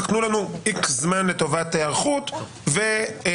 רק תנו לנו X זמן לטובת היערכות וכולי.